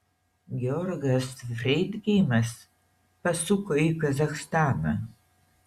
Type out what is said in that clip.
georgas freidgeimas pasuko į kazachstaną